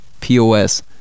pos